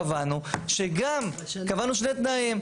קבענו שני תנאים,